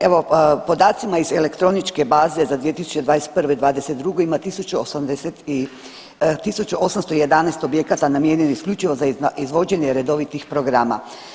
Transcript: Evo podacima iz elektroničke baze za 2021.-2022. ima 1811 objekata namijenjenih isključivo za izvođenje redovitih programa.